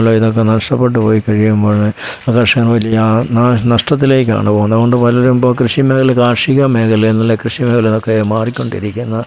മൂലം ഇതൊക്കെ നഷ്ടപ്പെട്ടു പോയി കഴിയുമ്പോൾ അതു കർഷകർക്കു വലിയ നഷ്ടത്തിലേക്കാണ് പോകുന്നത് അതുകൊണ്ട് പലരും ഇപ്പോൾ കൃഷി മേഖല കാർഷിക മേഖലയെന്ന് അല്ലെങ്കിൽ കൃഷി മേഖലയിൽ നിന്നൊക്കെ മാറിക്കൊണ്ടിരിക്കുന്ന